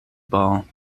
ball